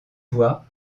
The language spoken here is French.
voix